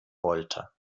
wollte